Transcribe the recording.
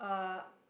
uh